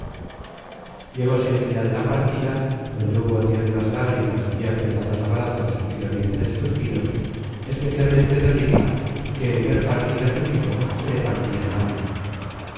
compañía llegóse el dia de la partida donde hubo tiernas lágrimas y apretados abrazos y dolientes suspiros especialmente de ricla que en ver partir á sus hijos se le partia el alma